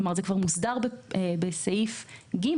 כלומר, זה כבר מוסדר בסעיף (ג),